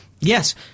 Yes